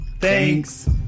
thanks